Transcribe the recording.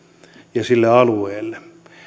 ja sille alueelle